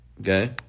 Okay